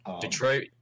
Detroit